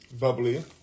bubbly